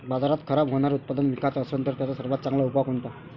बाजारात खराब होनारं उत्पादन विकाच असन तर त्याचा सर्वात चांगला उपाव कोनता?